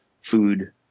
food